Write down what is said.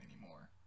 anymore